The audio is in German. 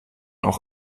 auch